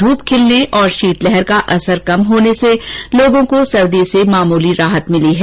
धूप खिलने और शीतलहर का असर कम होने से लोगों को सर्दी से मामूली राहत मिली है